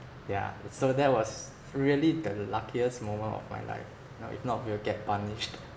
yeah so that was really the luckiest moment of my life you know if not we'll get punished